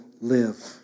live